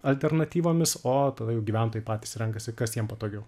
alternatyvomis o tada jau gyventojai patys renkasi kas jiem patogiau